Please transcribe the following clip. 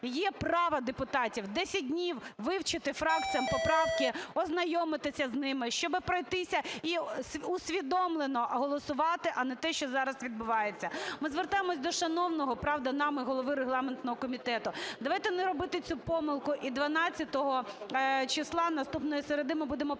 Є право депутатів - 10 днів вивчити фракціям поправки, ознайомитися з ними, щоби пройтися і усвідомлено голосувати, а не те, що зараз відбувається. Ми звертаємось до шановного, правда, нами голови регламентного комітету. Давайте не робити цю помилку і 12 числа, наступної середи, ми будемо